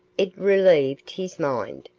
it relieved his mind,